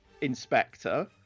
Inspector